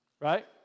Right